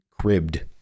cribbed